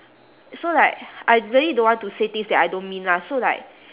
so like I really don't want to say things that I don't mean lah so like